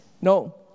No